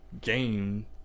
game